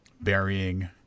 burying